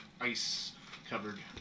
ice-covered